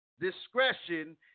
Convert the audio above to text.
discretion